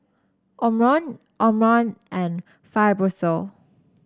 Omron Omron and Fibrosol